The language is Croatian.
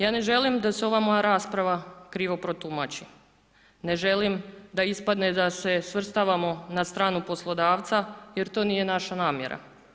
Ja ne želim da se ova moja rasprava krivo protumači, ne želim da ispadne da se svrstavamo na stranu poslodavca jer to nije naša namjera.